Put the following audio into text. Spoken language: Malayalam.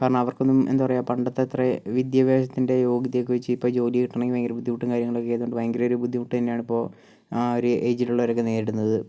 കാരണം അവർക്കൊന്നും എന്താ പറയുക പണ്ടത്തെ അത്ര വിദ്യാഭ്യാസത്തിൻ്റെ യോഗ്യതയൊക്കെ വെച്ച് ഇപ്പോൾ ജോലി കിട്ടണമെങ്കിൽ വളരെ ബുദ്ധിമുട്ടും കാര്യങ്ങളൊക്കെ ആയതുകൊണ്ട് ഭയങ്കര ഒരു ബുദ്ധിമുട്ട് തന്നെയാണിപ്പോൾ ആ ഒരു ഏജിലുള്ളവരൊക്കെ നേരിടുന്നത്